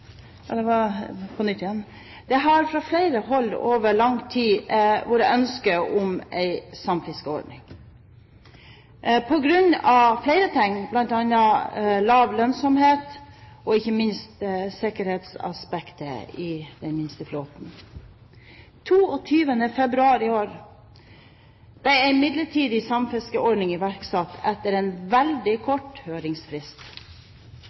Det har fra flere hold over lang tid vært ønske om en samfiskeordning på grunn av flere ting, bl.a. lav lønnsomhet og ikke minst på grunn av sikkerhetsaspektet med hensyn til den minste flåten. 22. februar i år ble en midlertidig samfiskeordning iverksatt etter en veldig kort høringsfrist.